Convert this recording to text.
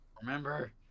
remember